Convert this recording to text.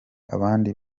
abandi